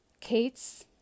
Kate's